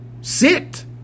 Sit